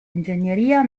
ingegneria